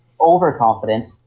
overconfident